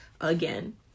again